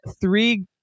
three